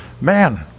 man